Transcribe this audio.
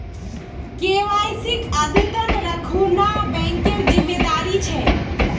केवाईसीक अद्यतन रखना बैंकेर जिम्मेदारी छे